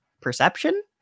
perception